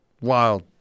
Wild